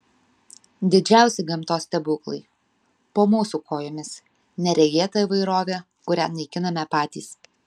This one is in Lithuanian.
didžiausi gamtos stebuklai po mūsų kojomis neregėta įvairovė kurią naikiname patys